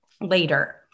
later